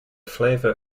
flavour